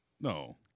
No